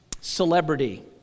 celebrity